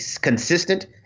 consistent